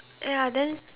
ya then